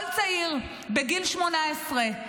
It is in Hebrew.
כל צעיר בגיל 18,